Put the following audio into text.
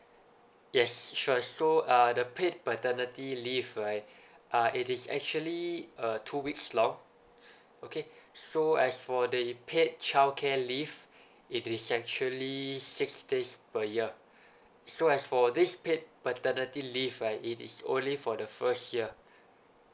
yes sure so uh the paid paternity leave right uh it is actually uh two weeks long okay so as for the paid childcare leave it is actually six days per year so as for this paid paternity leave right it is only for the first year